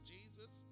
Jesus